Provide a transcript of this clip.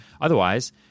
Otherwise